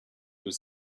was